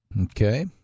Okay